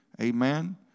Amen